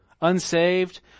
Unsaved